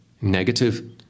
negative